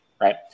right